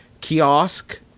kiosk